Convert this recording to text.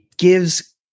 gives